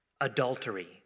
adultery